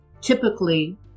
typically